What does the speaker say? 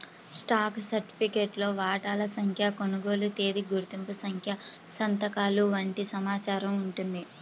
stock సర్టిఫికేట్లో వాటాల సంఖ్య, కొనుగోలు తేదీ, గుర్తింపు సంఖ్య సంతకాలు వంటి సమాచారం ఉంటుంది